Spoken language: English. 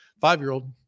five-year-old